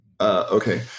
Okay